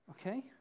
Okay